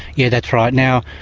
yeah, that's right. now,